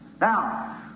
Now